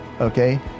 okay